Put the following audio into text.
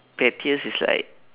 pettiest is like